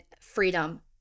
freedom